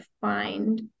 find